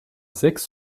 sechs